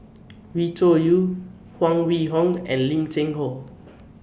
Wee Cho Yaw Huang Wenhong and Lim Cheng Hoe